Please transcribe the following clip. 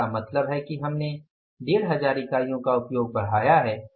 इसका मतलब है कि हमने 1500 इकाईयों का उपयोग बढ़ाया है